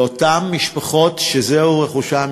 לאותן משפחות שזהו רכושן,